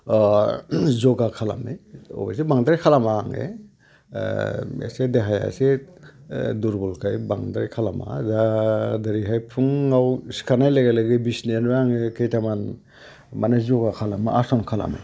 जगा खालामनाय अबयसे बांद्राय खालामा आङो एसे देहाया एसे दुरबलखाय बांद्राय खालामा दा दिनैहाय फुङाव सिखारनाय लोगो लोगो बिसिनायावनि आङो खैथामान माने जगा खालामो आसन खालामो